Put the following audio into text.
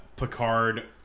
Picard